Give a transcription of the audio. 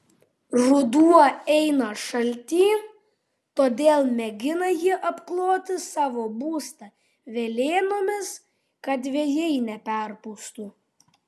ruduo eina šaltyn todėl mėgina jie apkloti savo būstą velėnomis kad vėjai neperpūstų